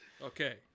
Okay